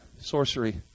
Sorcery